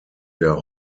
der